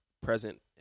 present